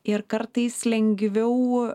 ir kartais lengviau